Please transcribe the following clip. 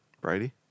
Brady